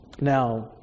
Now